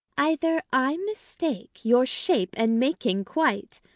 either i mistake your shape and making quite,